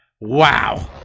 Wow